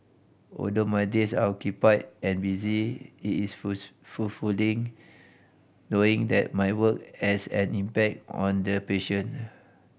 although my days are occupied and busy it is full's fulfilling knowing that my work as an impact on the patient